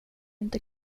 inte